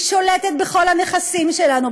היא שולטת בכל הנכסים שלנו,